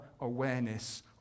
awareness